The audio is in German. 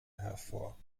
hervor